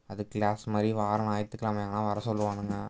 அது க்ளாஸ் மாதிரி வாரம் ஞாயிற்றுக் கெழமை ஆனால் வர சொல்லுவானுங்க